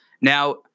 Now